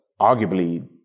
arguably